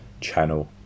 channel